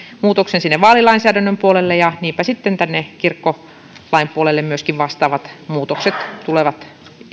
muutoksen sinne vaalilainsäädännön puolelle ja niinpä sitten tänne kirkkolain puolelle myöskin vastaavat muutokset tulevat